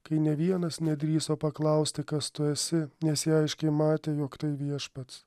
kai nė vienas nedrįso paklausti kas tu esi nes jie aiškiai matė jog tai viešpats